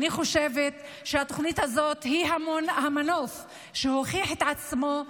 אני חושבת שהתוכנית הזאת היא המנוף שהוכיח את עצמו,